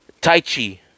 Taichi